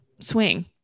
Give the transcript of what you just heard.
swing